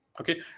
Okay